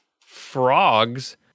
frogs